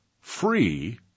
free